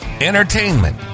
entertainment